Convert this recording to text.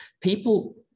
People